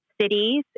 cities